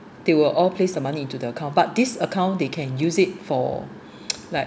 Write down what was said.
they will all placed the money into the account but this account they can use it for like